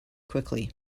quickly